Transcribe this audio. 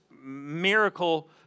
miracle